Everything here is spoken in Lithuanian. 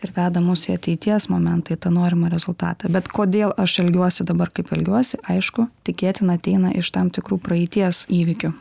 ir veda mus į ateities momentą į tą norimą rezultatą bet kodėl aš elgiuosi dabar kaip elgiuosi aišku tikėtina ateina iš tam tikrų praeities įvykių